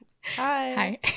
Hi